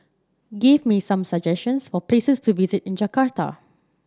give me some suggestions for places to visit in Jakarta